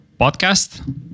podcast